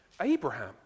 Abraham